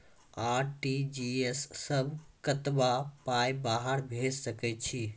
RTGS सअ कतबा पाय बाहर भेज सकैत छी?